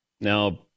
now